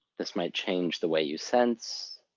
this might change the way you sense.